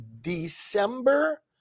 December